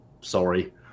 sorry